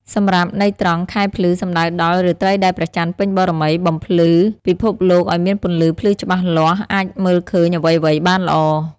សម្រាប់ន័យត្រង់ ខែភ្លឺ សំដៅដល់ រាត្រីដែលព្រះចន្ទពេញបូរមី បំភ្លឺពិភពលោកឲ្យមានពន្លឺភ្លឺច្បាស់លាស់ អាចមើលឃើញអ្វីៗបានល្អ។